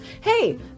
Hey